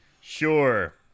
Sure